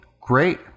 great